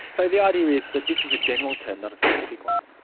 so the idea is that this is a general term, not a specific one.